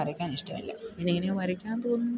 വരയ്ക്കാൻ ഇഷ്ടമല്ല പിന്നെ എങ്ങനെയോ വരയ്ക്കാൻ തോന്നും